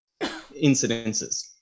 incidences